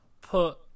put